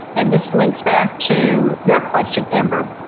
and this links back to your question, amber,